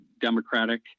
Democratic